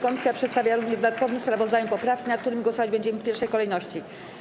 Komisja przedstawia również w dodatkowym sprawozdaniu poprawki, nad którymi głosować będziemy w pierwszej kolejności.